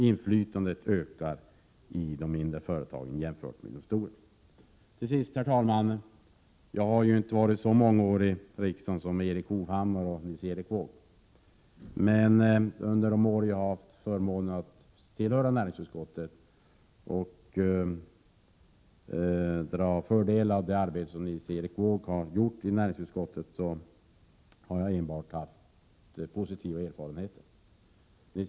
Inflytandet i de mindre företagen ökar jämfört med i de stora företagen. Herr talman! Jag har inte varit så många år i riksdagen som Erik Hovhammar och Nils Erik Wååg. Under de år jag har haft förmånen att tillhöra näringsutskottet har jag dragit fördel av det arbete som Nils Erik Wååg har gjort, och jag har enbart positiva erfarenheter av detta.